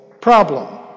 problem